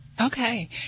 Okay